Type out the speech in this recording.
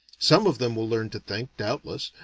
some of them will learn to think, doubtless,